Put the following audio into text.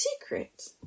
secret